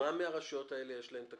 לכן בגלל שיש פה עלות